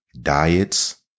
diets